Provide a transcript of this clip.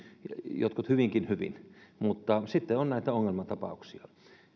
jotkut hyvinkin hyvin mutta sitten on näitä ongelmatapauksia